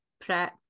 prep